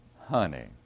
honey